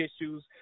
issues